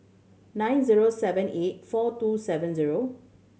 nine zero seven eight four two seven zero